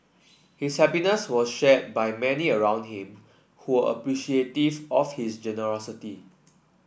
his happiness was shared by many around him who were appreciative of his generosity